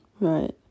right